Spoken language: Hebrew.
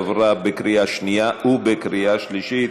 עברה בקריאה שנייה ובקריאה שלישית.